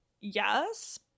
Yes